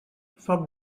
foc